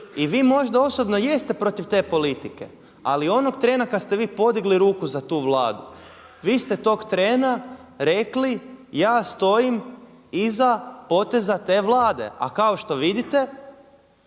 I vi možda osobno jeste protiv te politike ali onog trena kad ste vi podigli ruku za tu Vladu vi ste tog trena rekli ja stojim iza poteza te Vlade, a kako što vidite